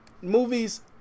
Movies